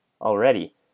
already